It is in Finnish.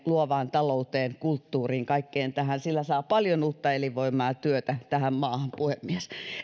luovaan talouteen kulttuuriin kaikkeen tähän sillä saa paljon uutta elinvoimaa ja työtä tähän maahan puhemies